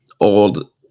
old